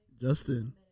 Justin